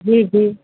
जी जी